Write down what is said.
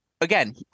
Again